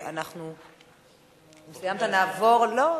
לא,